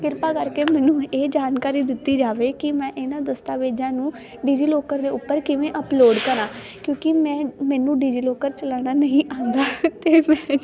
ਕਿਰਪਾ ਕਰਕੇ ਮੈਨੂੰ ਇਹ ਜਾਣਕਾਰੀ ਦਿੱਤੀ ਜਾਵੇ ਕਿ ਮੈਂ ਇਹਨਾਂ ਦਸਤਾਵੇਜ਼ਾਂ ਨੂੰ ਡਿਜੀਲੋਕਰ ਦੇ ਉੱਪਰ ਕਿਵੇਂ ਅਪਲੋਡ ਕਰਾਂ ਕਿਉਂਕਿ ਮੈਂ ਮੈਨੂੰ ਡਿਜੀਲੋਕਰ ਚਲਾਉਣਾ ਨਹੀਂ ਆਉਂਦਾ ਅਤੇ ਮੈਂ ਜੀ